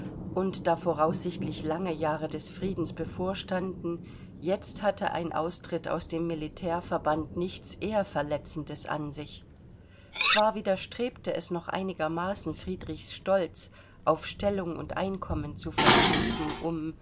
und da voraussichtlich lange jahre des friedens bevorstanden jetzt hatte ein austritt aus dem militärverband nichts ehrverletzendes an sich zwar widerstrebte es noch einigermaßen friedrichs stolz auf stellung und einkommen zu verzichten um